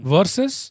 Versus